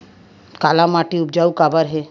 काला माटी उपजाऊ काबर हे?